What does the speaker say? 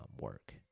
work